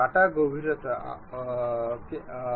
কাটা গভীরতা আমরা 5 mm 55 mm মত কিছু থাকতে পারে